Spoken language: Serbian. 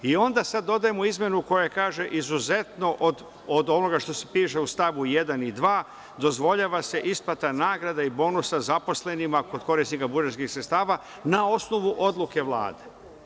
Onda, dodajemo izmenu koja kaže – izuzetno od ovoga što piše u stavu 1. i 2, dozvoljava se isplata nagrada i bonusa zaposlenima kod korisnika budžetskih sredstava, na osnovu odluke Vlade.